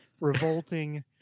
Revolting